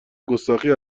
گستاخی